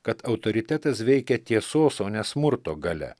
kad autoritetas veikia tiesos o ne smurto galia